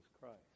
Christ